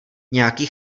nějaký